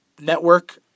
network